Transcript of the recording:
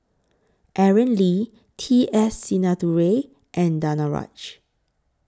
Aaron Lee T S Sinnathuray and Danaraj